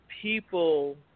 people